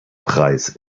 preis